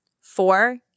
Four